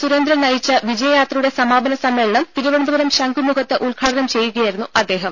സുരേന്ദ്രൻ നയിച്ച വിജയയാത്രയുടെ സമാപന സമ്മേളനം തിരുവനന്തപുരം ശംഖുമുഖത്ത് ഉദ്ഘാടനം ചെയ്യുകയായിരുന്നു അദ്ദേഹം